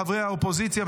חברי האופוזיציה,